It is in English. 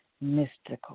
mystical